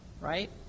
right